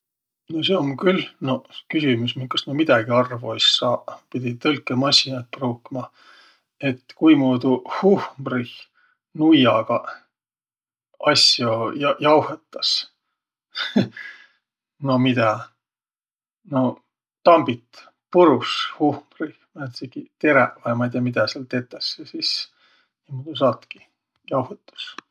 No seo um külh noq küsümüs, minkast ma midägi arvo es saaq. Pidi tõlkõmassinat pruukma. Et kuimuudu huhmrih nuiagaq asjo ja- jauhõtas? No midä? No tambit purus humrih määntsegiq teräq vai midä sääl tetäs ja sis nii saatki jauhõtus.